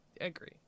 Agree